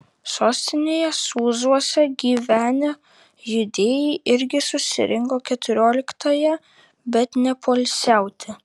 sostinėje sūzuose gyvenę judėjai irgi susirinko keturioliktąją bet ne poilsiauti